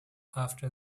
after